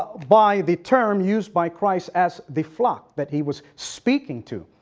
by the term used by christ as the flock that he was speaking to,